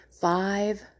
five